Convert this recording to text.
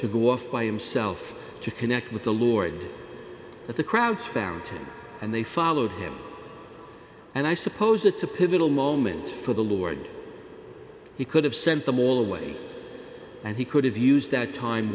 to go off by himself to connect with the lord of the crowds found him and they followed him and i suppose it's a pivotal moment for the lord he could have sent them all away and he could have used that time